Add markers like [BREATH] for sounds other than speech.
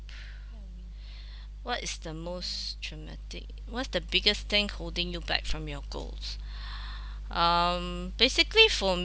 [BREATH] what is the most dramatic what's the biggest thing holding you back from your goals [BREATH] um basically for